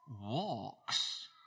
walks